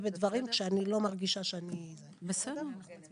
בדברים כשאני לא מרגישה שאני בהצלחה,